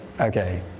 Okay